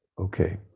Okay